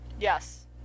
Yes